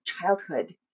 childhood